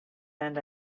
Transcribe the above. end